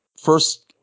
First